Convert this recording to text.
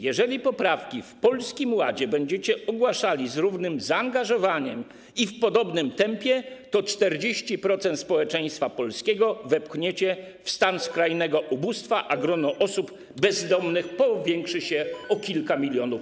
Jeżeli poprawki w Polskim Ładzie będziecie ogłaszali z równym zaangażowaniem i w podobnym tempie, to 40% społeczeństwa polskiego wepchniecie w stan skrajnego ubóstwa, a grono osób bezdomnych powiększy się o kilka milionów.